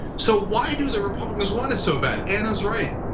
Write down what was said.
so why do the republicans want it so bad? ana's right,